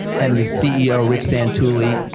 and the ceo, rich santulli,